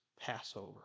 Passover